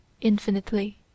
Infinitely